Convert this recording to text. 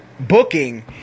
Booking